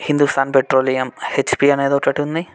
Hindustan petroleum HP అనేది ఒకటి ఉంది